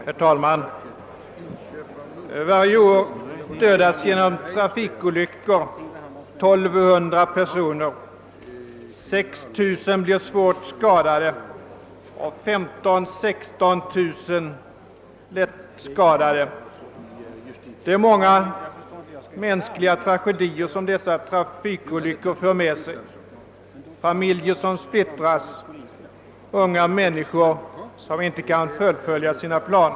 Herr talman! Varje år dödas genom trafikolyckor 1200 personer, 6 000 blir svårt skadade och 15 000—16 000 lätt skadade. Dessa trafikolyckor medför många mänskliga tragedier. Familjer splittras och unga människor kan inte fullfölja sina planer.